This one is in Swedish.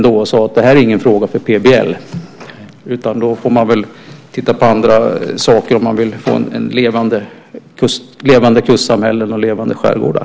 Vi sade att det här inte var en fråga som har med PBL att göra, utan man får titta på andra saker om man vill ha levande kustsamhällen och levande skärgårdar.